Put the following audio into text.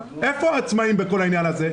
איפה העצמאים בכל העניין הזה?